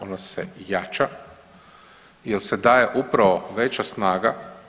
Ona se jača, jer se daje upravo veća snaga.